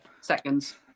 seconds